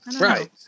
Right